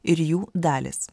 ir jų dalys